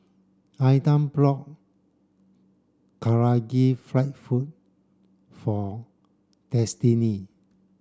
Ilah brought Karaage Fried Food for Destini